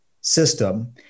system